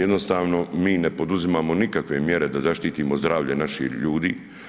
Jednostavno mi ne poduzimamo nikakve mjere da zaštitimo zdravlje naših ljudi.